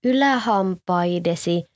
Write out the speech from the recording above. Ylähampaidesi